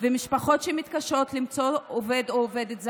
ובמשפחות שמתקשות למצוא עובד או עובדת זרה.